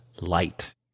Light